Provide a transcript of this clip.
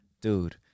dude